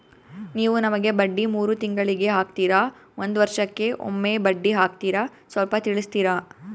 ನೀವು ನಮಗೆ ಬಡ್ಡಿ ಮೂರು ತಿಂಗಳಿಗೆ ಹಾಕ್ತಿರಾ, ಒಂದ್ ವರ್ಷಕ್ಕೆ ಒಮ್ಮೆ ಬಡ್ಡಿ ಹಾಕ್ತಿರಾ ಸ್ವಲ್ಪ ತಿಳಿಸ್ತೀರ?